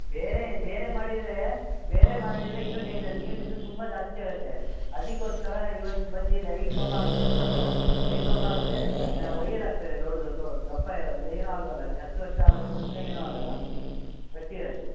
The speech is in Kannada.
ಬೇರೆ ಬೇರೆ ಮಾಡಿದರೆ ಬೇರೆ ಮಾಡಿದರೆ ಇನ್ನು ಡೇಂಜರ್ ನೀರು ಇನ್ನು ತುಂಬ ಜಾಸ್ತಿ ಆಗುತ್ತೆ ಅದಕ್ಕೋಸ್ಕರ ಇವತ್ತು ಬಂದು ಲೈಟ್ ಕಂಬ ಹಾಕ್ತರೆ ಹೊಸದು ಲೈಟ್ ಕಂಬ ಆದಮೇಲೆ ವಯರ್ ಹಾಕ್ತಾರೆ ದೊಡ್ಡದು ದಪ್ಪ ಇರೋದು ಅದು ಏನು ಆಗಲ್ಲ ಇನ್ನು ಹತ್ತು ವರ್ಷ ಆಗೊ ತನಕ ಏನು ಆಗಲ್ಲ ಗಟ್ಟಿ ಇರುತ್ತೆ